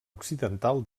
occidental